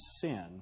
sin